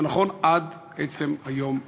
זה נכון עד עצם היום הזה.